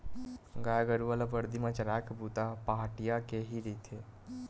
गाय गरु ल बरदी म चराए के बूता ह पहाटिया के ही रहिथे